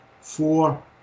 four